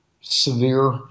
severe